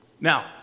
Now